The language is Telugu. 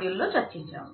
పరీక్షించవచ్చు